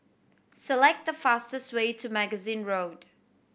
select the fastest way to Magazine Road